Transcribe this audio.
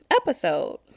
episode